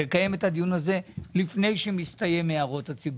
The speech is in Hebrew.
לקיים את הדיון הזה לפני שמסתיים הערות הציבור.